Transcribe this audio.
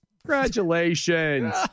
congratulations